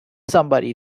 somebody